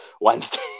Wednesday